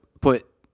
put